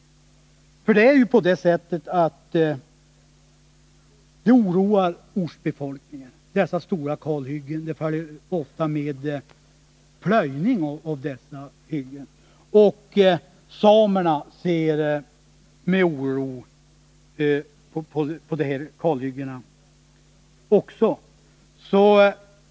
De stora kalhyggena oroar ortsbefolkningen. ofta följer t.o.m. plöjning av dessa hyggen. Även samerna ser med oro på kalhyggena.